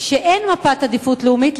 שאין מפת עדיפות לאומית,